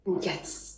yes